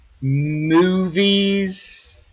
movies –